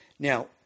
Now